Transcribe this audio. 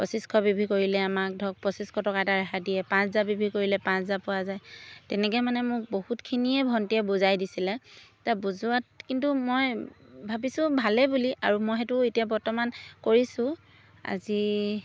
পঁচিছ B V কৰিলে আমাক ধৰক পঁচিছশ টকা এটা ৰেহাই দিয়ে পাঁচ হাজাৰ বি ভি কৰিলে পাঁচ হাজাৰ পোৱা যায় তেনেকৈ মানে মোক বহুতখিনিয়ে ভণ্টীয়ে বুজাই দিছিলে বুজোৱাত কিন্তু মই ভাবিছোঁ ভালেই বুলি আৰু মই সেইটো এতিয়া বৰ্তমান কৰিছোঁ আজি